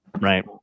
Right